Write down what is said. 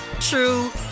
true